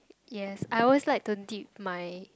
yes I always like to dip my